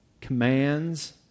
commands